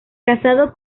casado